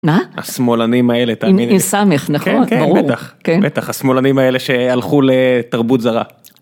מה? השמאלנים האלה.. תאמיני לי, עם סמך, נכון כן, כן, בטח. השמאלנים האלה שהלכו לתרבות זרה.